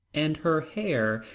and her hair,